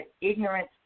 ignorance